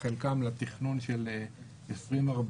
חלקן לתכנון של 2040,